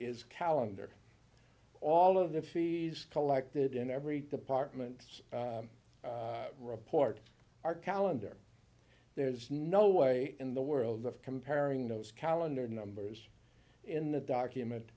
is calendar all of the fees collected in every department report our calendar there's no way in the world of comparing those calendar numbers in the document